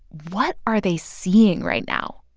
what are they seeing right now?